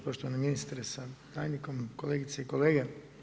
Poštovani ministre sa tajnikom, kolegice i kolege.